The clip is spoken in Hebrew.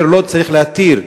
בעיר לוד צריך להתיר,